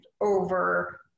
over